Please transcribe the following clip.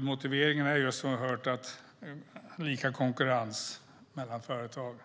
Motiveringen är som vi har hört lika konkurrens mellan företag.